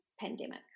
pandemic